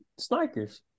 Snikers